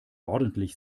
ordentlich